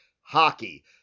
hockey